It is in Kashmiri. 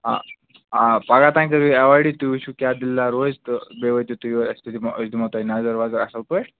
آ آ پگہہ تانۍ کٔرِو یہِ ایوایڈٕے تُہۍ وُچھِو کیٛاہ دٔلیٖلا روزِ تہٕ بیٚیہِ وٲتِو تُہۍ یور اَسہِ تُہۍ دِمو أسۍ دِمو تۄہہِ نظر وَظر اَصٕل پٲٹھۍ